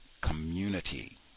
community